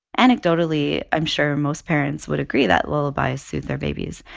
anecdotally, i'm sure most parents would agree that lullabies soothe their babies.